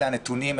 אלה הנתונים,